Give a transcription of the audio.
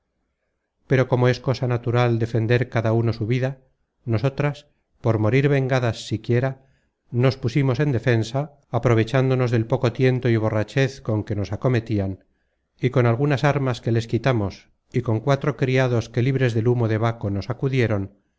pero como es cosa natural defender cada uno su vida nosotras por morir vengadas siquiera nos pusimos en defensa aprovechándonos del poco tiento y borrachez con que nos acometian y con algunas armas que les quitamos y con cuatro criados que libres del humo de baco nos acudieron